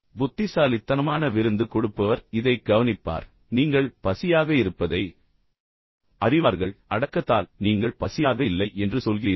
இப்போது புத்திசாலித்தனமான மற்றும் சாமர்த்தியமான விருந்து கொடுப்பவர் இதைக் கவனிப்பார் நீங்கள் உண்மையில் பசியாக இருப்பதை அவர்கள் அறிவார்கள் ஆனால் அடக்கத்தால் நீங்கள் பசியாக இல்லை என்று சொல்கிறீர்கள்